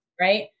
right